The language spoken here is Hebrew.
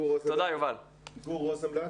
גור רוזנבלט,